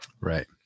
right